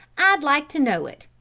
i'd like to know it!